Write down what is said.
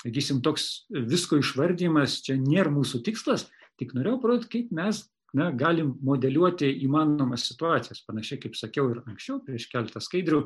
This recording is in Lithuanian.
sakysim toks visko išvardijimas čia nėr mūsų tikslas tik norėjau parodyt kaip mes na galim modeliuoti įmanomas situacijas panašiai kaip sakiau ir anksčiau prieš keletą skaidrių